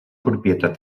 propietat